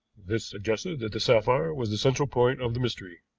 this suggested that the sapphire was the central point of the mystery.